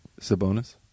Sabonis